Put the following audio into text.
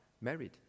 married